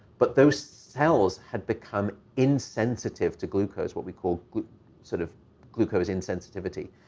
but those cells had become insensitive to glucose, what we call sort of glucose insensitivity.